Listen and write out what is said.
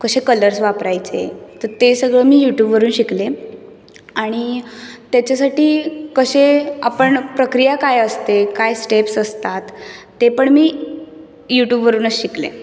कसे कलर्स वापरायचे तर ते मी सगळं यूटूबवरून शिकले आणि त्याच्यासाठी कसे आपण प्रक्रिया काय असते काही स्टेप्स असतात ते पण मी यूटूबवरूनच शिकले